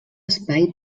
espai